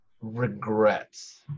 regrets